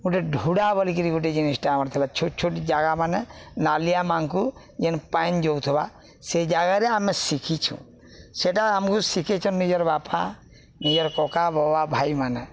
ଗୋଟେ ଢୁଡ଼ା ବଲିକିରି ଗୋଟେ ଜିନିଷ୍ଟା ଆମର ଥିଲା ଛୋଟ ଛୋଟ ଜାଗା ମାନେ ନାଲିଆ ମାଙ୍କୁ ଯେନ୍ ପାଏନ୍ ଯାଉଥିବା ସେଇ ଜାଗାରେ ଆମେ ଶିଖିଛୁ ସେଟା ଆମକୁ ଶିଖେଇଛନ୍ ନିଜର ବାପା ନିଜର କକା ବବା ଭାଇମାନେ